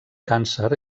càncer